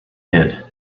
hid